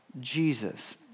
Jesus